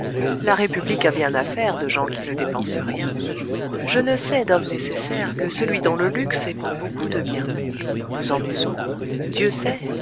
la république a bien affaire de gens qui ne dépensent rien je ne sais d'homme nécessaire que celui dont le luxe épand beaucoup de bien nous en usons dieu sait